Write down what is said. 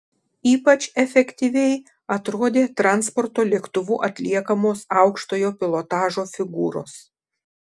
ypač efektyviai atrodė transporto lėktuvu atliekamos aukštojo pilotažo figūros